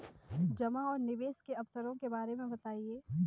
जमा और निवेश के अवसरों के बारे में बताएँ?